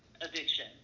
addiction